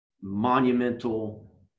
monumental